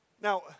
Now